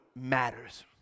matters